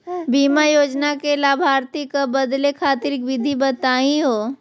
बीमा योजना के लाभार्थी क बदले खातिर विधि बताही हो?